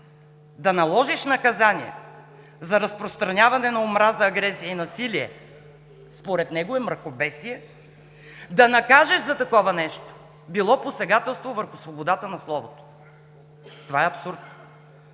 Да наложиш наказание за разпространяване на омраза, агресия и насилие според него е мракобесие! Да накажеш за такова нещо било посегателство върху свободата на словото! Това е абсурд: